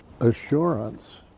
assurance